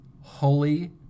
Holy